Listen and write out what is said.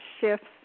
shifts